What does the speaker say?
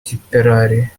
tipperary